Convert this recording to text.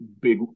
big